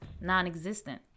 non-existent